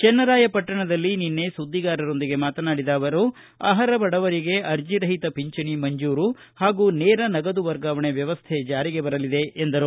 ಚನ್ನರಾಯಪಟ್ನಣದಲ್ಲಿ ನಿನ್ನೆ ಸುದ್ಗಿಗಾರರೊಂದಿಗೆ ಮಾತನಾಡಿದ ಅವರು ಅರ್ಹ ಬಡವರಿಗೆ ಅರ್ಜಿರಹಿತ ಪಿಂಚಣಿ ಮಂಜೂರು ಹಾಗೂ ನೇರ ನಗದು ವರ್ಗಾವಣೆ ವ್ಯವಸ್ಟೆಗೆ ಜಾರಿಗೆ ಬರಲಿದೆ ಎಂದರು